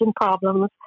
problems